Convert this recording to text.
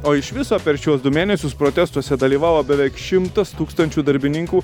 o iš viso per šiuos du mėnesius protestuose dalyvavo beveik šimtas tūkstančių darbininkų